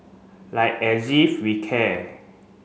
like as if we care